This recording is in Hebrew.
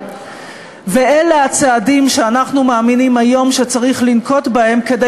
ואלה הצעדים שאנחנו מאמינים היום שצריך לנקוט כדי